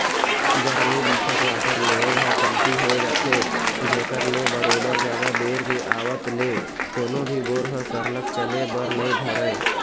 गरमी बखत water level ह कमती हो जाथे जेखर ले बरोबर जादा बेर के आवत ले कोनो भी बोर ह सरलग चले बर नइ धरय